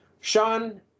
Sean